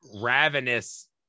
ravenous